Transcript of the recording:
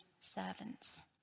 servants